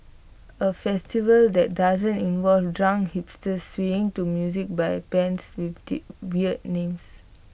A festival that doesn't involve drunk hipsters swaying to music by bands with weird names